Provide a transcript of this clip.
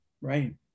Right